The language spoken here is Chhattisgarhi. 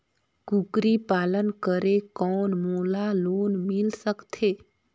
कूकरी पालन करे कौन मोला लोन मिल सकथे?